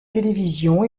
télévision